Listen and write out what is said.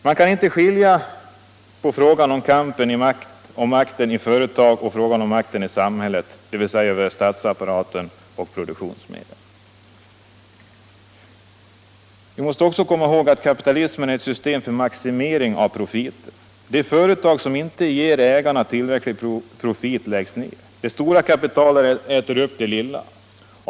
Man kan inte skilja på frågan om kampen om makten i företagen och om makten i samhället, dvs. över statsapparaten och produktionsmedlen. Vi måste också komma ihåg att kapitalismen är ett system för maximering av profiten. Det företag som inte ger ägarna tillräcklig profit läggs ned. Det stora kapitalet äter upp det lilla.